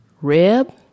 rib